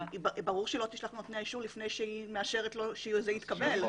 ברור שהיא לא תשלח לנותני האישור לפני שהיא מאשרת לו שזה התקבל.